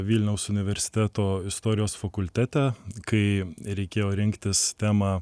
vilniaus universiteto istorijos fakultete kai reikėjo rinktis temą